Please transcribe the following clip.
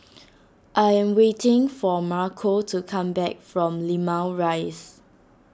I am waiting for Marco to come back from Limau Rise